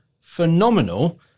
phenomenal